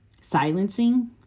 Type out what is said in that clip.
silencing